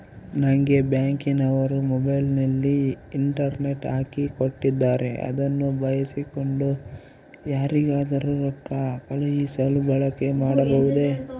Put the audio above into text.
ನಂಗೆ ಬ್ಯಾಂಕಿನವರು ಮೊಬೈಲಿನಲ್ಲಿ ಇಂಟರ್ನೆಟ್ ಹಾಕಿ ಕೊಟ್ಟಿದ್ದಾರೆ ಅದನ್ನು ಬಳಸಿಕೊಂಡು ಯಾರಿಗಾದರೂ ರೊಕ್ಕ ಕಳುಹಿಸಲು ಬಳಕೆ ಮಾಡಬಹುದೇ?